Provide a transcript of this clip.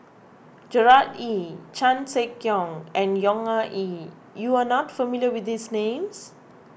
Gerard Ee Chan Sek Keong and Yong Ah Kee you are not familiar with these names